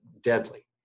deadly